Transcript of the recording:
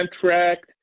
contract